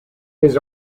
his